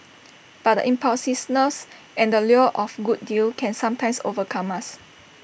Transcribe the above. but impulsiveness and the lure of good deal can sometimes overcome us